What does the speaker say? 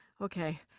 okay